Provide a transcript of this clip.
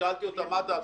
שאלתי אותם: מה דעתכם?